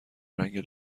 رنگ